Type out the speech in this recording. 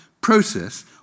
process